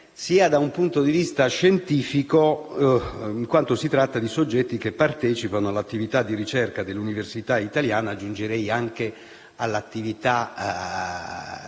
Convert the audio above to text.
sia da un punto di vista scientifico, in quanto si tratta di soggetti che partecipano all'attività di ricerca dell'università italiana, aggiungerei anche all'attività *tout